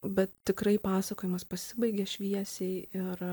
bet tikrai pasakojimas pasibaigia šviesiai ir